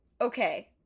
okay